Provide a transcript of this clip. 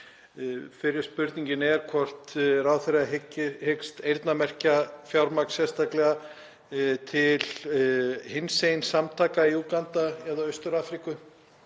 Fyrri spurningin er hvort ráðherra hyggist eyrnamerkja fjármagn sérstaklega til hinsegin samtaka í Úganda eða Austur-Afríku